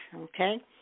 okay